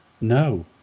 no